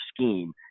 scheme